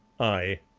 aye,